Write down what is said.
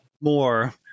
more